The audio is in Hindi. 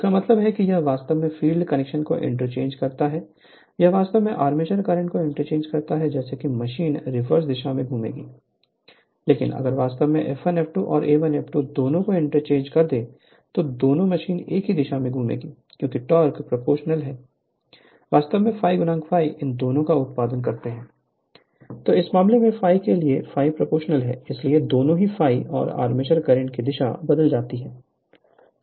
इसका मतलब है कि यह वास्तव में फील्ड कनेक्शन को इंटरचेंज करता है या वास्तव में आर्मेचर कनेक्शन को इंटरचेंज करता है जैसे कि मशीन रिवर्स दिशा में घूमेगी लेकिन अगर वास्तव में F1 F2 और A1 A2 दोनों को इंटरचेंज करें तो दोनों मशीन एक ही दिशा में घूमेंगी क्योंकि टॉर्क प्रोपोर्शनल है वास्तव में ∅∅ इन दोनों का उत्पाद कहते हैं तो उस मामले में ∅ के लिए ∅ प्रोपोर्शनल है इसलिए दोनों ∅ और आर्मेचर करंट की दिशा बदल जाती है